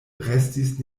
restis